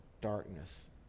Darkness